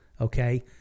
Okay